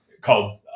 called